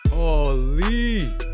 holy